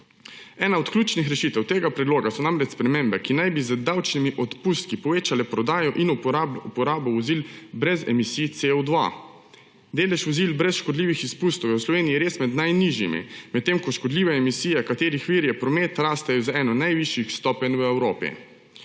Ena od ključnih rešitev tega predloga so namreč spremembe, ki naj bi z davčnimi odpustki povečale prodajo in uporabo vozil brez emisij CO2. Delež vozil brez škodljivih izpustov je v Sloveniji res med najnižjimi, medtem ko škodljive emisije, katerih vir je promet, rastejo z eno najvišjih stopenj v Evropi.